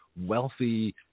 wealthy